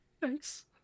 Thanks